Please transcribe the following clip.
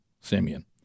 Simeon